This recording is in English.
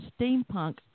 steampunk